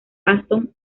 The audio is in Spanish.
aston